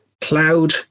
cloud